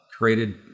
created